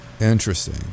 Interesting